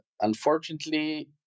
unfortunately